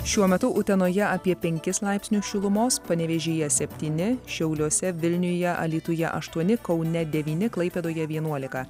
šiuo metu utenoje apie penkis laipsnius šilumos panevėžyje septyni šiauliuose vilniuje alytuje aštuoni kaune devyni klaipėdoje vienuolika